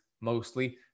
mostly